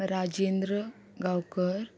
Rajendra Gaonkar